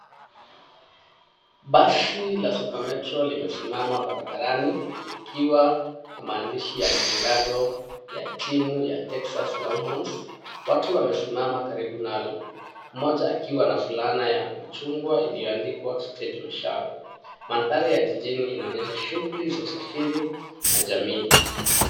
Basi la Supermetro limesimama bara barani likiwa na maandishi ya matangazo ya timu ya texas long horns watu wamesimama karibu nalo moja akiwa na fulana ya Machungwa ilioandikwa stage Marshall. Mandhari ya jijini inaonyesha Shughuli za usafiri jamii.